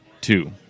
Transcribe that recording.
Two